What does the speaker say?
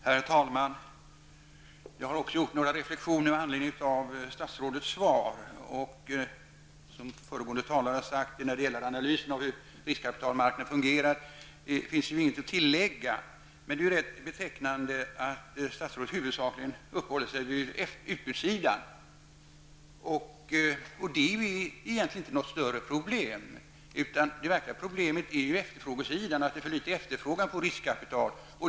Herr talman! Jag har också gjort några reflexioner med anledning av statsrådets svar. Som föregående talare sade finns det när det gäller analysen av hur riskkapitalmarknaden fungerar inget att tillägga. Men det är rätt betecknande att statsrådet huvudsakligen uppehåller sig vid utbudssidan. Det är egentligen inte något större problem. Det verkliga problemet är att det är för litet efterfrågan på riskkapital.